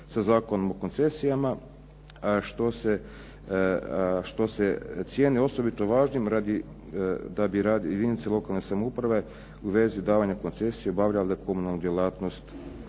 sa Zakonom o koncesijama što se cijeni osobito važnim da bi jedinice lokalne samouprave u vezi davanja koncesije obavljale komunalnu djelatnost.